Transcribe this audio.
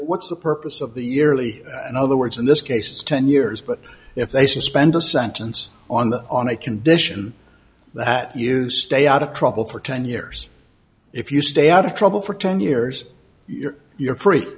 what's the purpose of the yearly in other words in this case ten years but if they suspended sentence on the on a condition that you stay out of trouble for ten years if you stay out of trouble for ten years you're you're free